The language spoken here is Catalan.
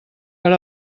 per